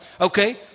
Okay